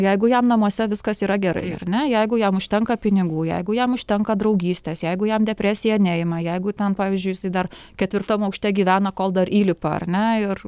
jeigu jam namuose viskas yra gerai ar ne jeigu jam užtenka pinigų jeigu jam užtenka draugystės jeigu jam depresija neima jeigu ten pavyzdžiui jisai dar ketvirtam aukšte gyvena kol dar įlipa ar ne ir